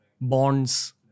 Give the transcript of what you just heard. bonds